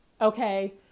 Okay